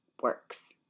works